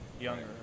younger